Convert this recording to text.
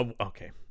Okay